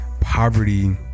poverty